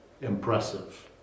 impressive